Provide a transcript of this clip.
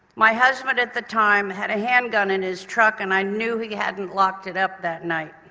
my husband at the time had a hand gun in his truck and i knew he hadn't locked it up that night.